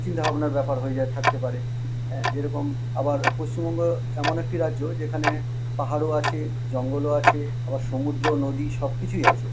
চিন্তা ভাবনার ব্যাপার হয়ে যায় থাকতে পারে হ্যাঁ যেরকম আবার পশ্চিমবঙ্গ এমন একটি রাজ্য যেখানে পাহাড়ও আছে জঙ্গলও আছে আবার সমুদ্র নদী সব কিছুই আছে